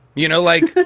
you know, like,